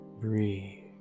Breathe